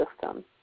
system